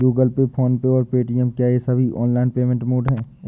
Google pay PhonePe और Paytm क्या ये सभी ऑनलाइन पेमेंट मोड ऐप हैं?